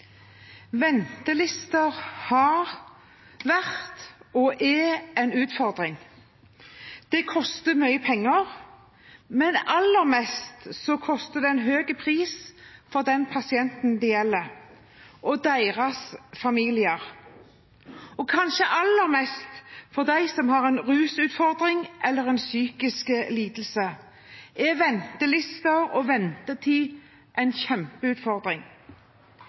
er en utfordring. Det koster mye penger, men først og fremst har det en høy pris for de pasientene det gjelder, og deres familier. Og kanskje aller mest for dem som har en rusutfordring eller en psykisk lidelse, er ventelister og ventetid en kjempeutfordring.